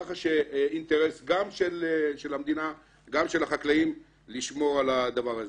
כך שיש אינטרס גם של המדינה וגם של החקלאים לשמור על הדבר הזה.